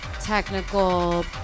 technical